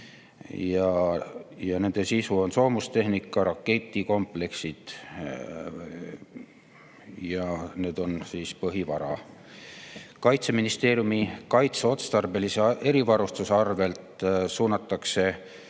erivarustus] on soomustehnika, raketikompleksid, see on põhivara. Kaitseministeeriumi kaitseotstarbelise erivarustuse arvelt suurendatakse